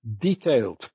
detailed